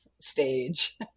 stage